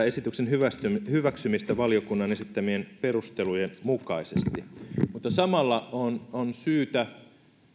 esityksen hyväksymistä valiokunnan esittämien perustelujen mukaisesti mutta samalla on on syytä